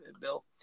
Bill